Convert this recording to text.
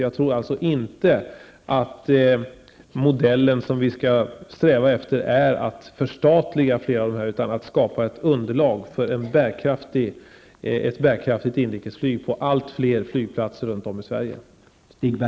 Jag tror inte att vi skall sträva efter att förstatliga fler flygplatser, utan efter att skapa ett underlag för ett bärkraftigt inrikesflyg på allt fler flygplatser runt om i Sverige.